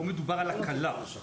פה מדובר על הקלה.